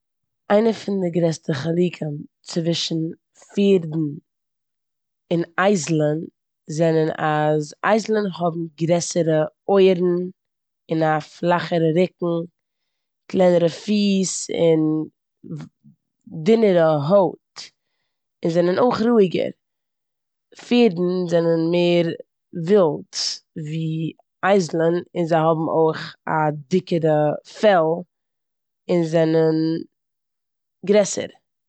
איינע פון די גרעסטע חילוקים צווישן פערדן און אייזלען זענען אז אייזלען האבן גרעסערע אויערן און א פלאכערע רוקן, קלענערע פיס און דינערע הויט, און זענען אויך רואיגער. פערדן זענען מער ווילד ווי אייזלען און זיי האבן אויך א דיקערע פעל, און זענען גרעסער.